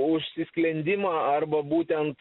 užsisklendimą arba būtent